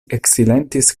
eksilentis